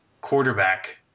quarterback